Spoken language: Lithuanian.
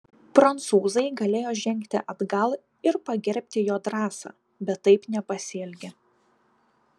prancūzai galėjo žengti atgal ir pagerbti jo drąsą bet taip nepasielgė